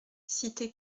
cité